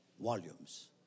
volumes